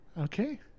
Okay